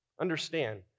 Understand